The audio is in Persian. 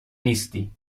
نیستی